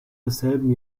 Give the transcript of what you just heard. desselben